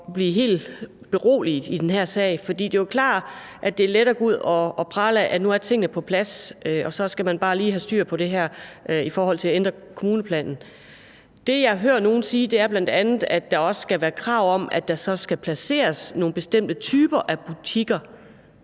blive helt beroliget i den her sag, for det er jo klart, at det er let at gå ud og prale af, at nu er tingene på plads, og så skal man bare lige have styr på det her i forhold til at ændre lokalplanen. Det, jeg hører nogen sige, er bl.a., at der også skal være krav om, at der så skal placeres nogle bestemte typer af butikker